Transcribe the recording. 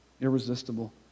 irresistible